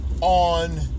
on